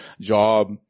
job